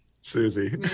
Susie